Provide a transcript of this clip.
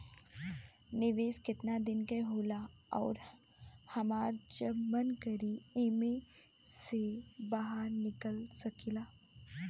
निवेस केतना दिन के होला अउर हमार जब मन करि एमे से बहार निकल सकिला?